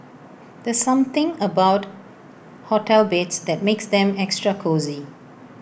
there's something about hotel beds that makes them extra cosy